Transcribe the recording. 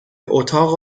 اتاق